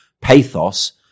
pathos